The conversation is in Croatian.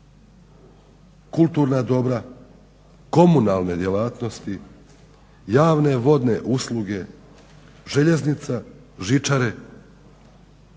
kulturna dobra, komunalne djelatnosti, javne vodne usluge, željeznica, žičare,